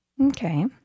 Okay